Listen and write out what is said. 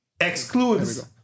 excludes